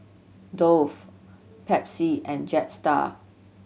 Dove Pepsi and Jetstar